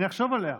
אני אחשוב עליה.